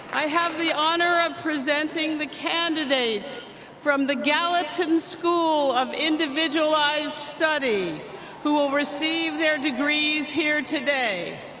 i have the honor of presenting the candidates from the gallatin school of individualized study who will receive their degrees here today.